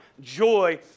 joy